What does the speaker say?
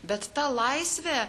bet ta laisvė